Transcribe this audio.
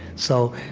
so,